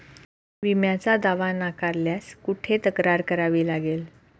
विम्याचा दावा नाकारल्यास कुठे तक्रार करावी लागेल?